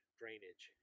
drainage